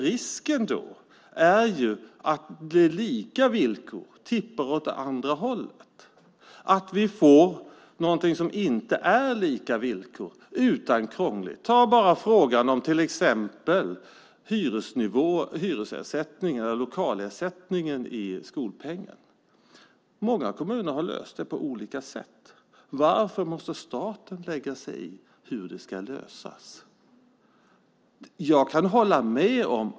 Risken är att de lika villkoren så att säga tippar åt andra hållet och att vi får någonting som inte är lika villkor utan krångligt. Man kan till exempel ta frågan om lokalersättningen i skolpengen. Kommunerna har valt det på olika sätt. Varför måste staten lägga sig i hur det ska lösas?